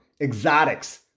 Exotics